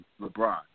LeBron